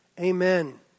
Amen